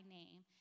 name